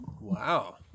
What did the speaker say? Wow